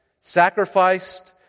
sacrificed